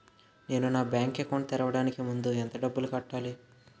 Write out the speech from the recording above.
నేను నా bank account తెరవడానికి ముందు ఎంత డబ్బులు కట్టాలి?